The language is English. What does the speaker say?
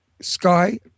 Sky